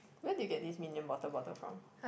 where do you get this Minion bottle bottle from